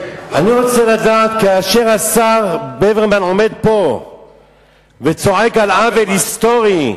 אני רוצה לדעת: כאשר השר ברוורמן עומד פה וצועק על עוול היסטורי,